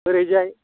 ओरैजाय